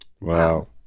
Wow